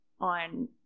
on